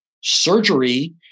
surgery